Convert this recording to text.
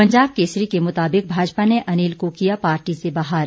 पंजाब केसरी के मुताबिक भाजपा ने अनिल को किया पार्टी से बाहर